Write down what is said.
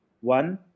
One